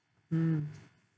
mm